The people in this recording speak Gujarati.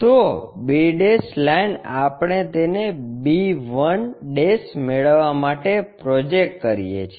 તો b લાઈન આપણે તેને b 1 મેળવવા માટે પ્રોજેક્ટ કરીએ છીએ